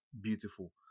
beautiful